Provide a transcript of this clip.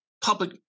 public